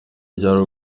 ryari